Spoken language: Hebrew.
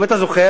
אם אתה זוכר,